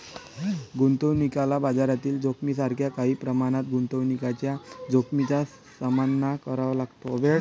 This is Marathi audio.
गुंतवणुकीला बाजारातील जोखमीसारख्या काही प्रमाणात गुंतवणुकीच्या जोखमीचा सामना करावा लागतो